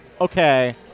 okay